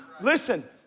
Listen